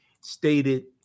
stated